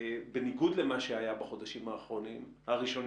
בניגוד למה שהיה בחודשים הראשונים,